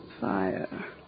Fire